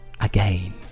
again